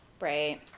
Right